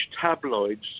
tabloids